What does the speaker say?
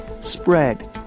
spread